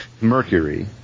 Mercury